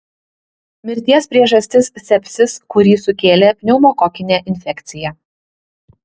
mirties priežastis sepsis kurį sukėlė pneumokokinė infekcija